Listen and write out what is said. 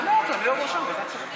תעלה אותה ביום ראשון לוועדת השרים.